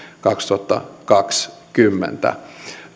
kaksituhattakaksikymmentä